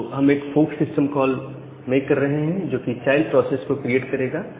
तो हम एक फोर्क सिस्टम कॉल मेक कर रहे हैं जो कि चाइल्ड प्रोसेस को क्रिएट करेगा